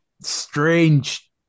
strange